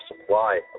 supply